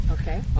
Okay